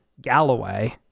Galloway